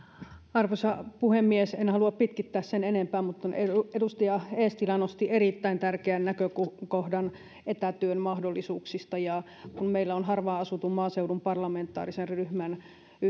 arvoisa puhemies en halua pitkittää sen enempää mutta edustaja eestilä nosti erittäin tärkeän näkökohdan etätyön mahdollisuuksista kun meillä on harvaan asutun maaseudun parlamentaarisen ryhmän